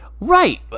Right